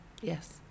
yes